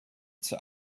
zur